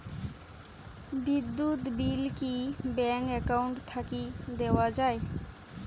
বিদ্যুৎ বিল কি bank account থাকি দেওয়া য়ায়?